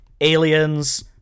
Aliens